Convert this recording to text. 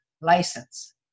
license